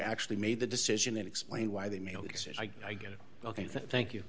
actually made the decision and explain why the mail because if i get it ok thank you